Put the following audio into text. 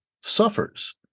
suffers